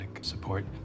support